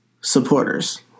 Supporters